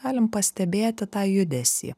galim pastebėti tą judesį